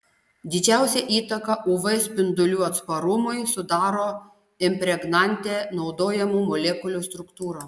didžiausią įtaką uv spindulių atsparumui sudaro impregnante naudojamų molekulių struktūra